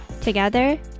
Together